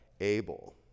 Abel